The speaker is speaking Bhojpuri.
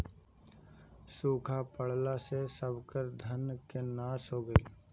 सुखा पड़ला से सबकर धान के नाश हो गईल